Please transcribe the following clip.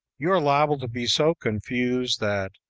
you are liable to be so confused that,